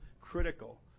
critical